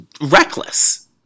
reckless